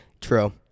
True